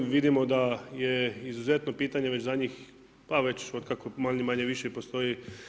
Vidimo da je izuzetno pitanje već za njih pa već otkako manje-više postoji